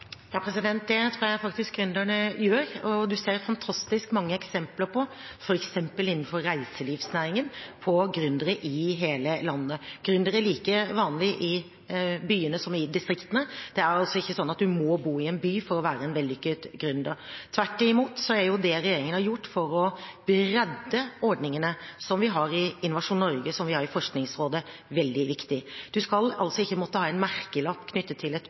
Det tror jeg gründerne gjør. Man ser fantastisk mange eksempler på – f.eks. innenfor reiselivsnæringen – gründere i hele landet. Gründere er like vanlig i byene som i distriktene. Det er ikke slik at man må bo i en by for å være en vellykket gründer. Tvert imot er det regjeringen har gjort for å bredde ordningene som vi har i Innovasjon Norge, som vi har i Forskningsrådet, veldig viktig. Man skal ikke måtte ha en merkelapp knyttet til et